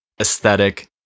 aesthetic